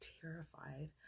terrified